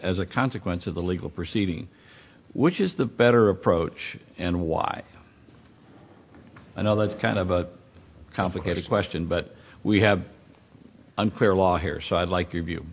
as a consequence of the legal proceeding which is the better approach and why and all that kind of a complicated question but we have an clear law here side like you view